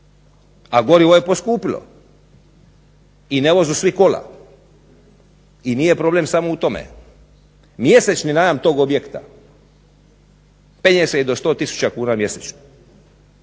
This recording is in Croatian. A gorivo je poskupilo i ne voze svi kola. I nije problem samo u tome. Mjesečni najam tog objekta penje se i do 100 tisuća kuna mjesečno.